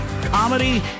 comedy